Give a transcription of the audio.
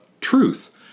truth